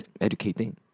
educating